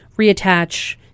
reattach